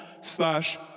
slash